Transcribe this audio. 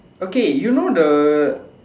okay you know the